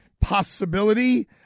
possibility